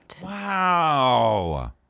Wow